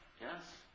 Yes